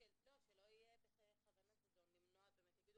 שלא יהיה בכוונת זדון למנוע --- יגידו